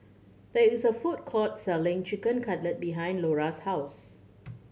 there is a food court selling Chicken Cutlet behind Lora's house